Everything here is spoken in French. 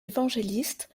évangélistes